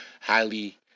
highly